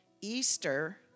Easter